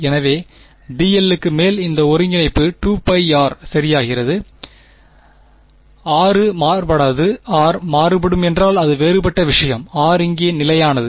எனவே dl க்கு மேல் இந்த ஒருங்கிணைப்பு 2πr சரி ஆகிறது r மாறுபடாது r மாறுபடும் என்றால் அது வேறுபட்ட விஷயம் r இங்கே நிலையானது